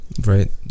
right